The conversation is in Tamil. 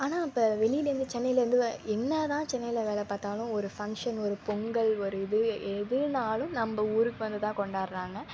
ஆனால் இப்போ வெளிலேருந்து சென்னையிலேருந்து என்ன தான் சென்னையில் வேலை பார்த்தாலும் ஒரு ஃபங்க்ஷன் ஒரு பொங்கல் ஒரு இது எதுனாலும் நம்ப ஊருக்கு வந்து தான் கொண்டாடுறாங்க